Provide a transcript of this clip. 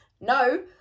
no